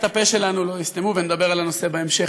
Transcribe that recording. את הפה שלנו לא יסתמו ונדבר על הנושא בהמשך.